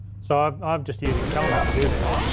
so um i'm just using telnet to do this.